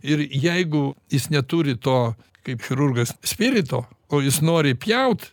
ir jeigu jis neturi to kaip chirurgas spirito o jis nori pjaut